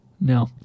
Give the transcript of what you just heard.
No